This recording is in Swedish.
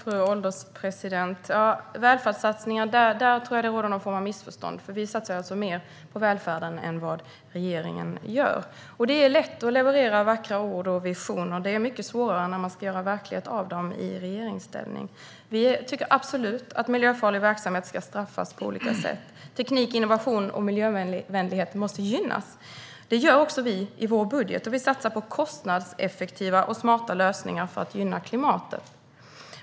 Fru ålderspresident! När det gäller välfärdssatsningar tror jag att det råder någon form av missförstånd, för vi satsar mer på välfärden än vad regeringen gör. Det är lätt att leverera vackra ord och visioner, men det är mycket svårare när man ska göra verklighet av dem i regeringsställning. Vi tycker absolut att miljöfarlig verksamhet ska straffas på olika sätt. Teknik, innovation och miljövänlighet måste gynnas. Det gör också vi i vår budget, och vi satsar på kostnadseffektiva och smarta lösningar för att gynna klimatet.